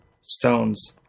stones